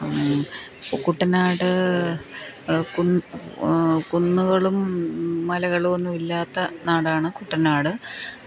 കുട്ടനാട് കുന്ന് കുന്നുകളും മലകളും ഒന്നും ഇല്ലാത്ത നാടാണ് കുട്ടനാട്